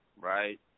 right